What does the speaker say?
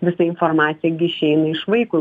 visa informacija gi išeina iš vaiko